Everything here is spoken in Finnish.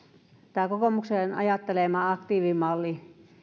tämä kokoomuksen ajattelema aktiivimalli